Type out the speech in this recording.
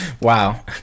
Wow